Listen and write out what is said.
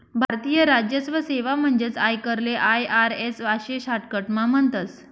भारतीय राजस्व सेवा म्हणजेच आयकरले आय.आर.एस आशे शाटकटमा म्हणतस